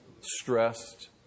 stressed